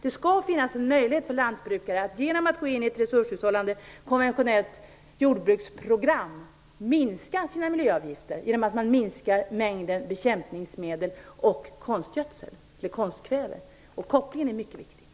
Det skall finnas en möjlighet för lantbrukare att genom att gå in i ett resurshushållande konventionellt jordbruksprogram minska sina miljöavgifter genom att minska mängden bekämpningsmedel och konstkväve. Kopplingen är mycket viktig.